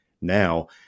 now